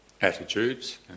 attitudes